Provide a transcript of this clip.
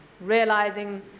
realizing